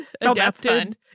adapted